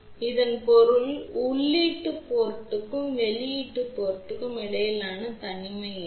எனவே இதன் பொருள் உள்ளீட்டு துறைமுகத்திற்கும் வெளியீட்டு துறைமுகத்திற்கும் இடையிலான தனிமை என்ன